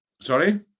Sorry